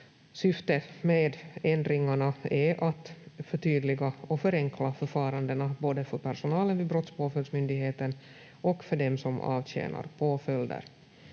Syftet med ändringarna är att förtydliga och förenkla förfarandena både för personalen vid Brottspåföljdsmyndigheten och för dem som avtjänar påföljder.